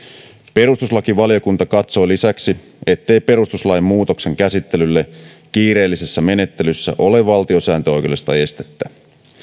perustuslakivaliokunta katsoi lisäksi ettei perustuslain muutoksen käsittelylle kiireellisessä menettelyssä ole valtiosääntöoikeudellista estettä